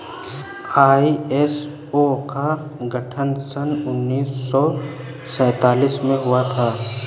ISO का गठन सन उन्नीस सौ सैंतालीस में हुआ था